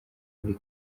muri